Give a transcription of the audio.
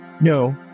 No